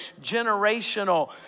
generational